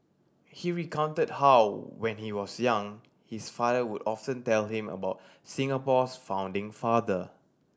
he recounted how when he was young his father would often tell him about Singapore's founding father